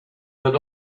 had